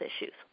issues